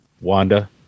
Wanda